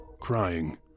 crying